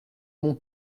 mon